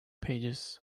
pages